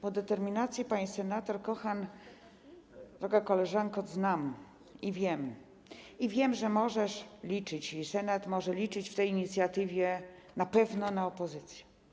Bo determinację pani senator Kochan - droga koleżanko - znam i wiem, że może liczyć i Senat może liczyć w tej inicjatywie na pewno na opozycję.